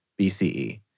BCE